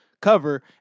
cover